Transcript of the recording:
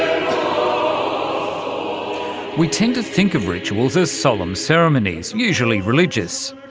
um we tend to think of rituals as solemn ceremonies, usually religious.